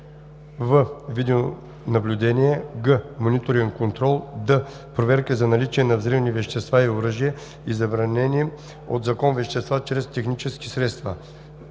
в) видеонаблюдение; г) мониторен контрол; д) проверка за наличие на взривни вещества, оръжие и забранени от закон вещества чрез технически средства;